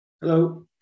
Hello